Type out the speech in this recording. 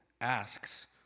asks